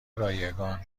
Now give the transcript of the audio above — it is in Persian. رایگان